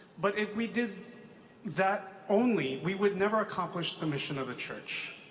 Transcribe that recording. but if we did that only, we would never accomplish the mission of the church.